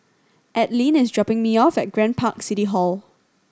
Adline is dropping me off at Grand Park City Hall